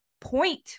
point